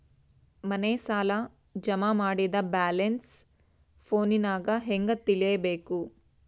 ಮನೆ ಸಾಲ ಜಮಾ ಮಾಡಿದ ಬ್ಯಾಲೆನ್ಸ್ ಫೋನಿನಾಗ ಹೆಂಗ ತಿಳೇಬೇಕು?